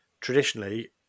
traditionally